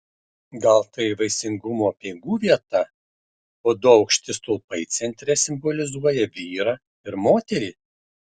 gal tai vaisingumo apeigų vieta o du aukšti stulpai centre simbolizuoja vyrą ir moterį